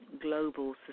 global